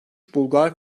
bulgar